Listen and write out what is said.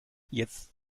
jetzt